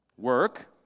Work